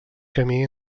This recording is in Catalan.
camí